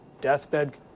deathbed